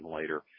later